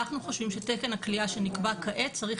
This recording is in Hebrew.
אנחנו חושבים שתקן הכליאה שנקבע כעת צריך